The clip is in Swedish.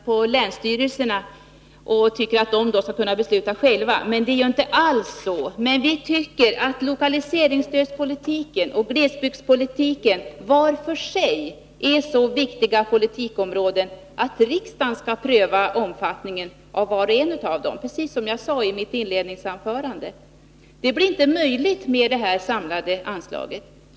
Fru talman! Anders Högmark säger att vi socialdemokrater inte litar på länsstyrelserna, som enligt honom borde kunna besluta själva. Det är inte alls så. Men vi anser att lokaliseringsstödspolitiken och glesbygdspolitiken var för sig är så viktiga politiska områden att riksdagen skall pröva omfattningen av var och en av dem, precis som jag sade i mitt inledningsanförande. Det blir inte möjligt med det här föreslagna samlade anslaget.